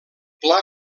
pla